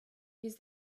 use